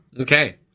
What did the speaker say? Okay